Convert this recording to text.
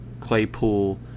Claypool